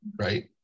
right